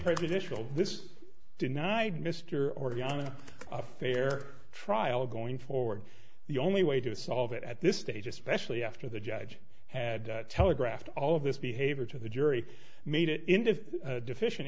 prejudicial this is denied mr already on a fair trial going forward the only way to solve it at this stage especially after the judge had telegraphed all of this behavior to the jury made it into deficient